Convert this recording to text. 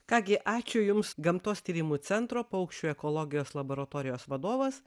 ką gi ačiū jums gamtos tyrimų centro paukščių ekologijos laboratorijos vadovas